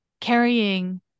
carrying